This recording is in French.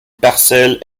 parcelle